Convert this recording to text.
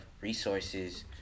resources